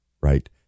right